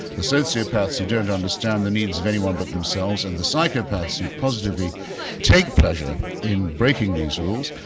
the sociopaths who don't understand the needs of anyone but themselves and the psychopaths who positively take pleasure in breaking these rules,